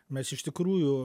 mes iš tikrųjų